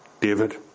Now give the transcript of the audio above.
David